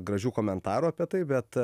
gražių komentarų apie tai bet